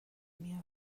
میاد